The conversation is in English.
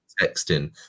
texting